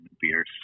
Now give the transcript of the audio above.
beers